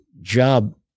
job